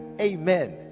Amen